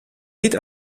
niet